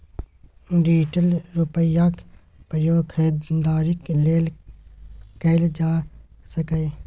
digital रुपैयाक प्रयोग खरीदारीक लेल कएल जा सकैए